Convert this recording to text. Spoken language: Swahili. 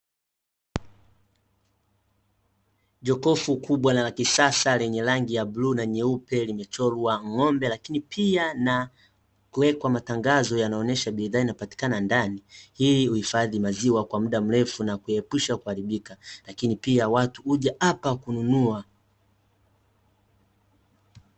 Jokofu kubwa na la kisasa lenye rangi ya bluu na nyeupe, limechorwa ng'ombe lakini pia na kuwekwa matangazo yanayoonyesha bidhaa inayopatikana ndani, hii huhifadhi maziwa kwa muda mrefu na kuepusha kuharibika lakini pia watu huja hapa kununua.